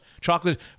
chocolate